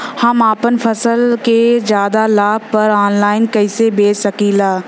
हम अपना फसल के ज्यादा लाभ पर ऑनलाइन कइसे बेच सकीला?